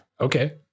Okay